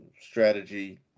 strategy